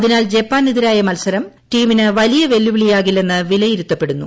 അതിനാൽ ജപ്പാനെതിരായ മത്സരം ടീമിന് വലിയ വെല്ലുവിളിയാകില്ലെന്ന് വിലയിരുത്തപ്പെടുന്നു